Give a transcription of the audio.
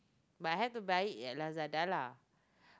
but I haven't buy it yet at Lazada lah